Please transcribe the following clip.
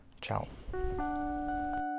ciao